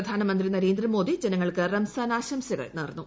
പ്രധാനമന്ത്രി നരേന്ദ്രമോദി ജനങ്ങൾക്ക് റംസാൻ ആശംസകൾ നേർന്നു